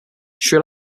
sri